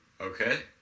Okay